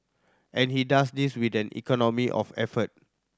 and he does this with an economy of effort